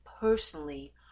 personally